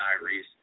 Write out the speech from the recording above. Diaries